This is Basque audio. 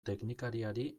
teknikariari